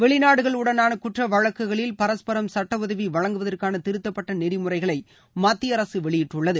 வெளிநாடுகளுடனான குற்ற வழக்குகளில் பரஸ்பரம் சுட்ட உதவி வழங்குவதற்கான திருத்தப்பட்ட நெறிமுறைகளை மத்திய அரசு வெளியிட்டுள்ளது